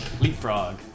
Leapfrog